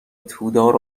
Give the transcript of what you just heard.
تودار